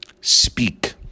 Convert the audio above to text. speak